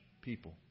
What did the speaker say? people